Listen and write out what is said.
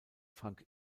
frank